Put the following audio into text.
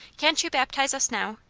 can't you baptize us now?